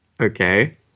Okay